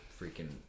freaking